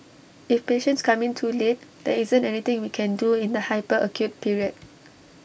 if patients come in too late there isn't anything we can do in the hyper acute period